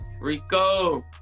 Rico